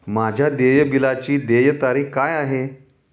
माझ्या देय बिलाची देय तारीख काय आहे?